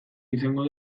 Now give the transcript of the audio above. izango